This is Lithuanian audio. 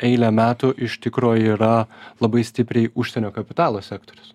eilę metų iš tikro yra labai stipriai užsienio kapitalo sektorius